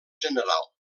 general